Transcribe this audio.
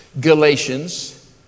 Galatians